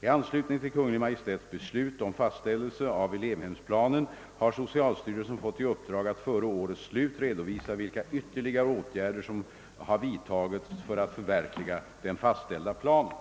I anslutning till Kungl. Maj:ts beslut om fastställelse av elevhemsplanen har socialstyrelsen fått i uppdrag att före årets slut redovisa vilka ytterligare åtgärder som har vidtagits för att förverkliga den fastställda planen.